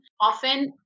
Often